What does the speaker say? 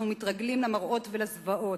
אנחנו מתרגלים למראות ולזוועות,